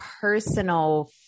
personal